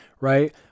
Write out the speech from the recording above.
right